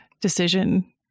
decision